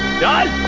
god!